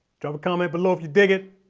drop a comment below if you dig it,